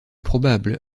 probable